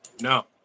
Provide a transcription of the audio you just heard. No